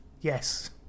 Yes